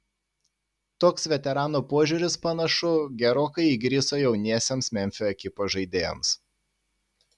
toks veterano požiūris panašu gerokai įgriso jauniesiems memfio ekipos žaidėjams